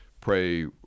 pray